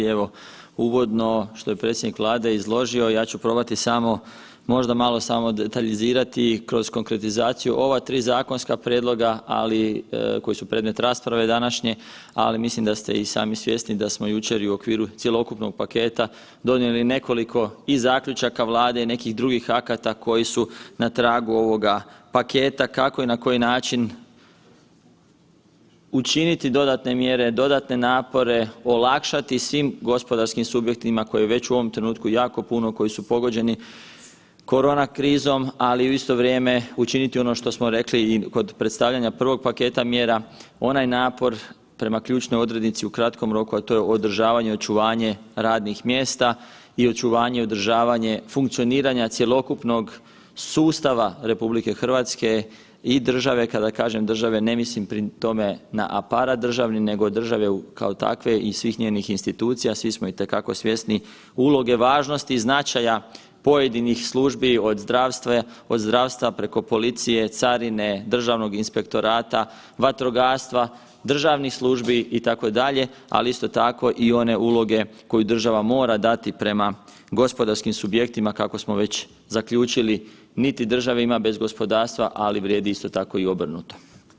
Evo uvodno što je predsjednik Vlade izložio, ja ću probati samo, možda malo samo detaljizirati i kroz konkretizaciju ova 3 zakonska prijedloga, ali, koji su predmet rasprave današnje, ali mislim da ste i sami svjesni da smo jučer i u okviru cjelokupnog paketa donijeli nekoliko i zaključaka Vlade i nekih drugih akata koji su na tragu ovoga paketa, kako i na koji način učiniti dodatne mjere, dodatne napore, olakšati svim gospodarskim subjektima koji već u ovom trenutku jako puno, koji su pogođeni korona krizom, ali u isto vrijeme učiniti ono što smo rekli i kod predstavljanja prvog paketa mjera, onaj napor prema ključnoj odrednici u kratkom roku, a to je održavanje i očuvanje radnih mjesta i očuvanje i održavanje funkcioniranja cjelokupnog sustava RH i države, kada kažem države ne mislim pri tome na aparat državni, nego države kao takve i svih njenih institucija, svi smo itekako svjesni uloge, važnosti i značaja pojedinih službi, od zdravstva preko policije, carine, državnog inspektorata, vatrogastva, državnih službi, itd., ali isto tako i one uloge koju država mora dati prema gospodarskim subjektima, kako smo već zaključili, niti države ima bez gospodarstva, ali vrijedi isto tako i obrnuto.